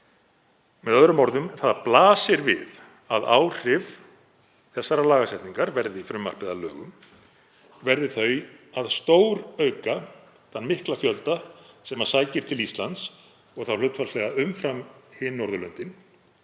Með öðrum orðum þá blasir við að áhrif þessarar lagasetningar, verði frumvarpið að lögum, verði þau að stórauka þann mikla fjölda sem sækir til Íslands og þá hlutfallslega umfram hin Norðurlöndin,